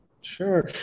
sure